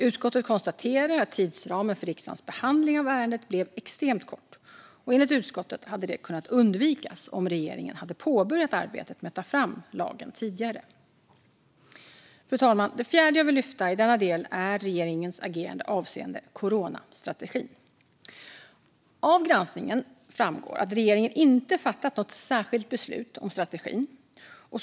Utskottet konstaterar att tidsramen för riksdagens behandling av ärendet blev extremt kort. Enligt utskottet hade detta kunnat undvikas om regeringen hade påbörjat arbetet med att ta fram lagen tidigare. Fru talman! Det fjärde jag vill lyfta upp i denna del är regeringens agerande avseende coronastrategin. Av granskningen framgår att regeringen inte fattat något särskilt beslut om strategin.